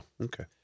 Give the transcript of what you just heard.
Okay